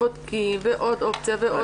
בודקים עוד אופציות ועוד אופציות.